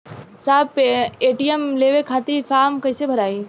साहब ए.टी.एम लेवे खतीं फॉर्म कइसे भराई?